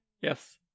Yes